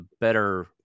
better